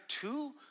two